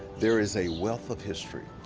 there is a wealth of history.